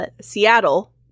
Seattle